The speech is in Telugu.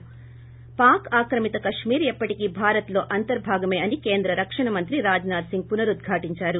ి పాక్ ఆక్రమిత కశ్మీర్ ఎప్పటికీ భారత్లో అంతర్భాగమే అని కేంద్ర రక్షణ మంత్రి రాజ్నాథ్ సింగ్ పునరుధ్యాటించారు